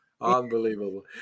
unbelievable